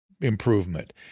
improvement